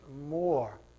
more